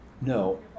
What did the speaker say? No